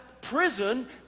prison